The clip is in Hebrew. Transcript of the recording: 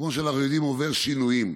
כמו שאנחנו יודעים, עובר שינויים,